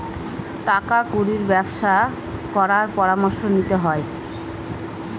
টাকা কুড়ির ব্যবসা করার পরামর্শ নিতে হয়